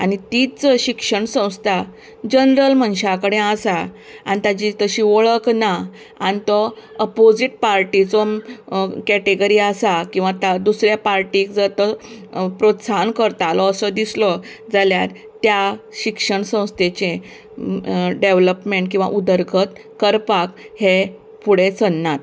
आनी तिच्च शिक्षण संस्था जनरल मनशा कडेन आसा आनी ताजी तशी वळख ना आनी तो ऑपोसिट पार्टीचो कॅटेगरी आसा किंवां दुसऱ्या पार्टीक जर तो प्रोत्साहन करतालो असो दिसलो जाल्यार त्या शिक्षण संस्थेचे डॅवेलॉपमँट किंवां उदरगत करपाक हे फुडें सरनात